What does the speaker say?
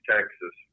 Texas